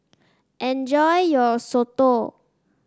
enjoy your soto